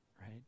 right